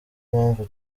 mpamvu